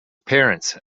parents